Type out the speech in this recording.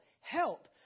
help